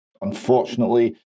Unfortunately